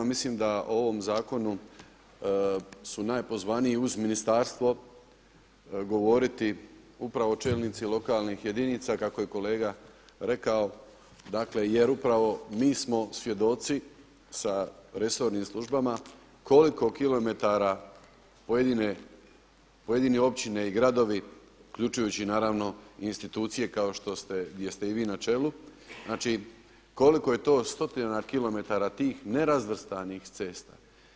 Mislim da o ovom zakonu su najpozvaniji uz ministarstvo govoriti upravo čelnici lokalnih jedinica, kako je kolega rekao jer upravo mi smo svjedoci sa resornim službama koliko kilometara pojedini općine i gradovi, uključujući naravno i institucije gdje ste i vi načelu, znači koliko je to stotina kilometara tih nerazvrstanih cesta.